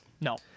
No